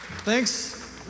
Thanks